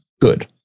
good